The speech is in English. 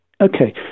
Okay